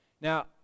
now